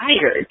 tired